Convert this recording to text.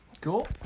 Cool